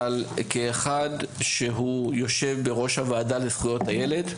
אבל כאחד שיושב בראש הוועדה לזכויות הילד,